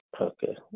okay